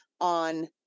on